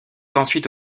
ensuite